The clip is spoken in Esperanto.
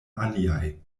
aliaj